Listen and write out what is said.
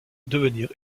devenir